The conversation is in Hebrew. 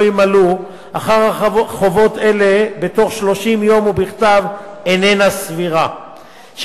ימלאו אחר חובות אלה בתוך 30 יום ובכתב אינן סבירות,